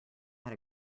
had